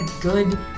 good